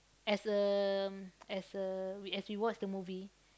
as um as uh we as we watch the movie